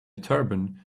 turban